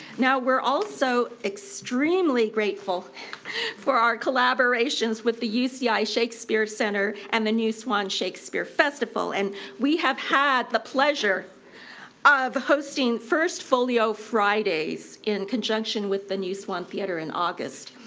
now we're also extremely grateful for our collaborations with the uci yeah shakespeare center and the new swan shakespeare festival and we have had the pleasure of hosting first folio fridays in conjunction with the new swan theatre in august.